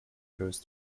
goes